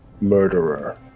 murderer